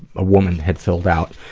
a woman, had filled out